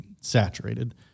saturated